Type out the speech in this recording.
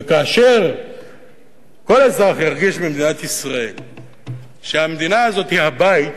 וכאשר כל אזרח ירגיש במדינת ישראל שהמדינה הזאת היא הבית,